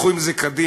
לכו עם זה קדימה,